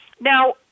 Now